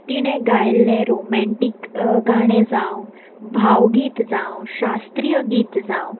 तिणें गायल्लें रोमेंटीक गाणें जावं भावगीत जावं शास्त्रीय गीत जावं